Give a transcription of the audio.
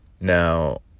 Now